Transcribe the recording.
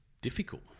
difficult